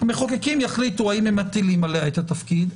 המחוקקים יחליטו האם הם מטילים עליה את התפקיד,